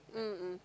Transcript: mm mm